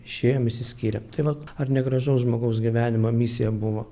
išėjom išsiskyrėm tai va ar ne gražaus žmogaus gyvenimo misija buvo